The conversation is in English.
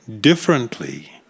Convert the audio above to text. differently